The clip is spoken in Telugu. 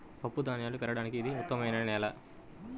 పప్పుధాన్యాలు పెరగడానికి ఇది ఉత్తమమైన నేల